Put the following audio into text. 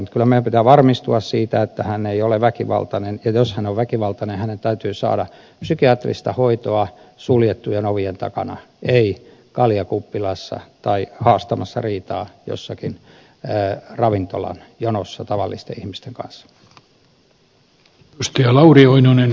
kyllä meidän pitää varmistua siitä että hän ei ole väkivaltainen ja jos hän on väkivaltainen hänen täytyy saada psykiatrista hoitoa suljettujen ovien takana ei kaljakuppilassa tai haastamassa riitaa jossakin ravintolan jonossa tavallisten ihmisten kanssa